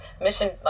mission